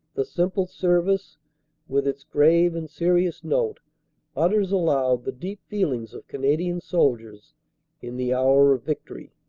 the simple service with its grave and serious note utters aloud the deep feelings of canadian soldiers in the hour of victory.